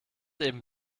eben